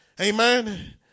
amen